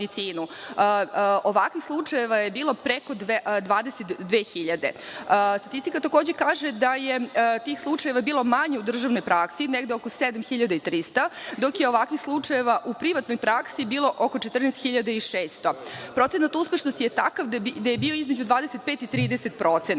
ovakvih slučajeva je bilo preko 22.000. Statistika takođe kaže da je tih slučajeva bilo manje u državnoj praksi, negde oko 7.300, dok je ovakvih slučajeva u privatnoj praksi bilo oko 14.600. Procenat uspešnosti je takav da je bio između 25% i 30%,